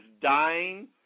dying